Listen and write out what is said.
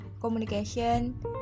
communication